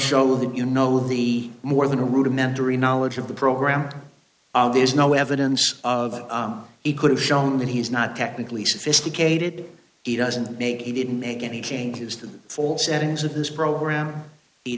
show that you know of the more than a rudimentary knowledge of the program there's no evidence of he could have shown that he's not technically sophisticated he doesn't make he didn't make any changes to the false settings of this program